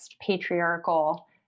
patriarchal